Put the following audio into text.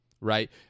right